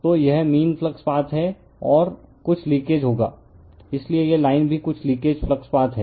तो यह mean flux path है और कुछ लीकेज होगा इसलिए यह लाइन भी कुछ लीकेज फ्लक्स पाथ है